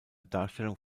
darstellung